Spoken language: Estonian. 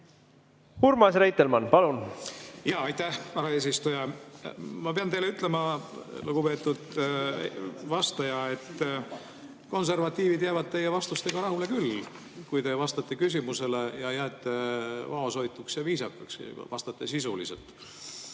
Urmas Reitelmann, palun! Aitäh, härra eesistuja! Ma pean teile ütlema, lugupeetud vastaja, et konservatiivid jäävad teie vastustega rahule küll, kui te vastate küsimustele ning jääte vaoshoituks ja viisakaks ja vastate sisuliselt.